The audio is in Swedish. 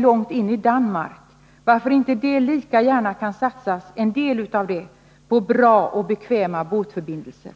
långtini Danmark lika gärna kan satsas på bra och bekväma båtförbindelser.